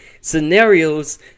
scenarios